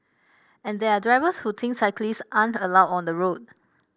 and there are drivers who think cyclist aren't allowed on the road